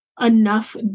enough